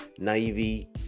Navy